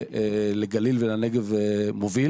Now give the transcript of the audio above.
הגליל והחוסן הלאומי.